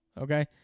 Okay